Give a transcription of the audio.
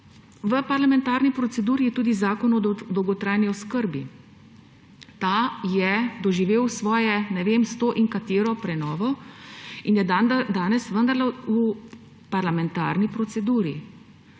V parlamentarni proceduri je tudi Zakon o dolgotrajni oskrbi. Ta je doživel svojo sto in ne vem katero prenovo in je danes vendarle v parlamentarni proceduri.